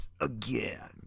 again